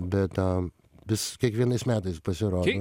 bet ta vis kiekvienais metais pasirodau